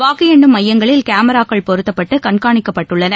வாக்கு எண்ணும் மையங்களில் கேமராக்கள் பொருத்தப்பட்டு கண்காணிக்கப்படுகின்றன